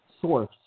source